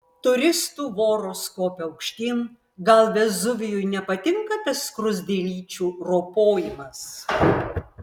turistų voros kopia aukštyn gal vezuvijui nepatinka tas skruzdėlyčių ropojimas